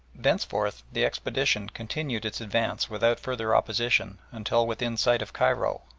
thenceforth the expedition continued its advance without further opposition until within sight of cairo,